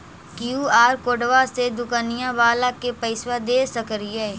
QR कोडबा से दुकनिया बाला के पैसा दे सक्रिय?